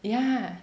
yeah